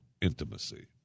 intimacy